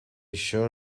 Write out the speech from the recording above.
shall